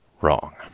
Wrong